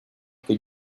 que